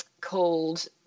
called